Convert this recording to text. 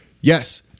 yes